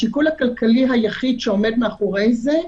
השיקול הכלכלי היחיד שעומד מאחורי זה,